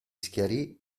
schiarì